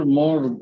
more